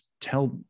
Tell